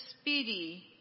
speedy